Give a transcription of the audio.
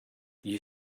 you